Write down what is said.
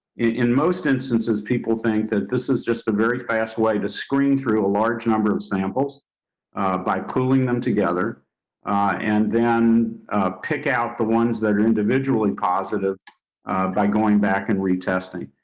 in most instances, people think that this is just a very fast way to screen through a large number of samples by pooling them together on, and then pick out the ones that individually positive by going back and re testing.